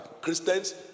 Christians